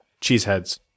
Cheeseheads